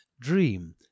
dream